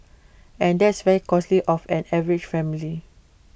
and that's very costly of an average family